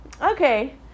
Okay